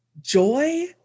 joy